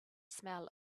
smell